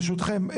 ברשותכם,